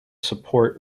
support